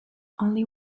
only